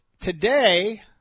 Today